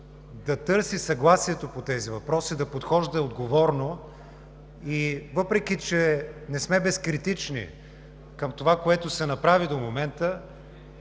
да търси съгласието по тези въпроси и да подхожда отговорно. Въпреки че не сме безкритични към това, което се направи до момента,